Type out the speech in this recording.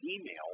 email